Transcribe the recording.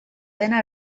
dena